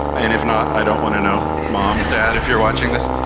and if not i don't want to know, mom, dad, if you're watching this.